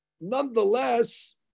Nonetheless